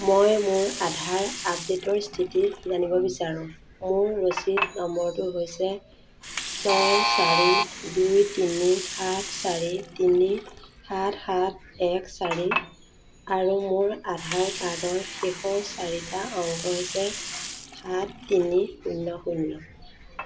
মই মোৰ আধাৰ আপডেটৰ স্থিতি জানিব বিচাৰোঁ মোৰ ৰচিদ নম্বৰটো হৈছে ছয় চাৰি দুই তিনি সাত চাৰি তিনি সাত সাত এক চাৰি আৰু মোৰ আধাৰ কাৰ্ডৰ শেষৰ চাৰিটা অংক হৈছে সাত তিনি শূন্য শূন্য